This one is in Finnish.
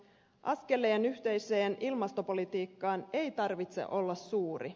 askeleen yhteiseen ilmastopolitiikkaan ei tarvitse olla suuri